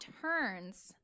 turns